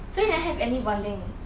so we never have any bonding